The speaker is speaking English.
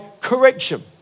correction